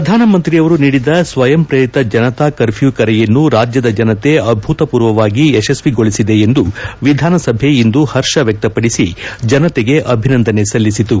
ಪ್ರಧಾನಮಂತ್ರಿಯವರು ನೀದಿದ ಸ್ವಯಂಪ್ರೇರಿತ ಜನತಾ ಕರ್ಕ್ಯೂ ಕರೆಯನ್ನು ರಾಜ್ಯದ ಜನತೆ ಅಭೂತಪೂರ್ವವಾಗಿ ಯಶ್ನಸಿಗೊಳಿಸಿದೆ ಎಂದು ವಿಧಾನಸಭೆ ಇಂದು ಹರ್ಷ ವ್ಯಕ್ತಪಡಿಸಿ ಜನತೆಗೆ ಅಭಿನಂದನೆ ಸಲ್ಲಿಸಿತು